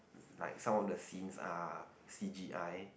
like some of the scenes are C_g_i